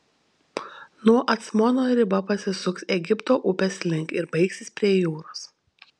nuo acmono riba pasisuks egipto upės link ir baigsis prie jūros